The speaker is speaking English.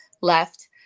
left